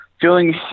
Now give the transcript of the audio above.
feeling